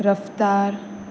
रफ्तार